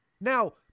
Now